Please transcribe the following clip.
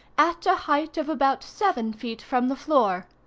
at a height of about seven feet from the floor.